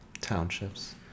townships